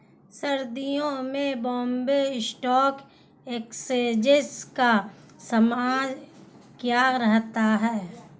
सर्दियों में Bombay stock exchange का समय क्या रहता है?